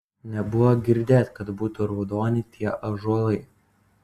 nebuvo girdėt kad būtų raudoni tie ąžuolai